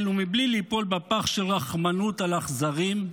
ומבלי ליפול בפח של רחמנות על אכזרים?